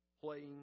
playing